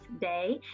day